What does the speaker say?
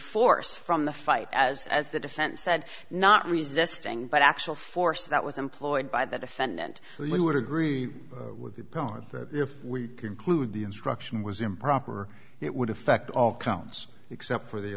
force from the fight as as the defense said not resisting but actual force that was employed by the defendant and we would agree with the poem if we conclude the instruction was improper it would affect all counts except for the